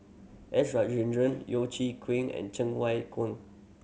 S Rajendran Yeo Chee and Cheng Wai Keung